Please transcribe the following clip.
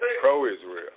Pro-Israel